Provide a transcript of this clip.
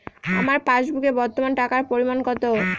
আমার পাসবুকে বর্তমান টাকার পরিমাণ কত?